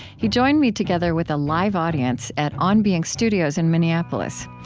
he joined me together with a live audience at on being studios in minneapolis.